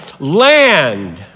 Land